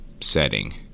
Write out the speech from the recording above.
setting